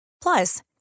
Plus